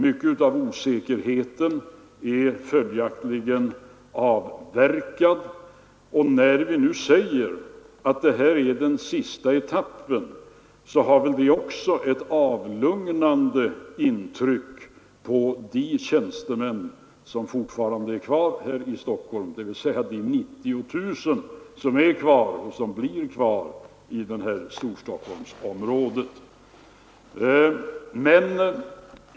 Mycket av osäkerheten är följaktligen avverkad, och när vi nu säger att det här är den sista etappen, så har väl det också en lugnande inverkan på de 90 000 tjänstemän som är kvar och som blir kvar i Storstockholmsområdet.